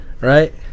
right